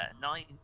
nine